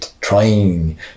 trying